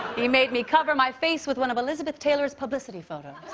he made me cover my face with one of elizabeth taylor's publicity photos. i